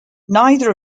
neither